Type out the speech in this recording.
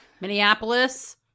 Minneapolis